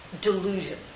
delusion